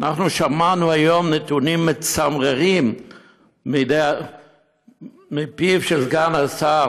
שמענו היום נתונים מצמררים מפיו של סגן השר